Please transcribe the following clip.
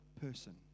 person